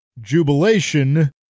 jubilation